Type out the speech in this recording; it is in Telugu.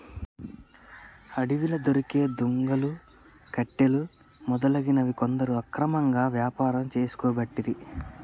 అడవిలా దొరికే దుంగలు, కట్టెలు మొదలగునవి కొందరు అక్రమంగా వ్యాపారం చేసుకోబట్టిరి